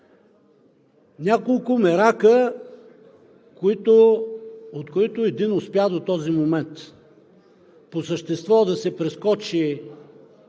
Няколко мерака, от които един успя до този момент – по същество да се прескочи